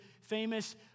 famous